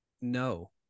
no